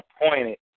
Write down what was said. appointed